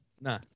Nah